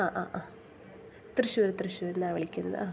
ആ ആ ആ തൃശ്ശൂർ തൃശ്ശൂരിൽ നിന്നാണ് വിളിക്കുന്നത് ആ